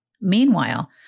Meanwhile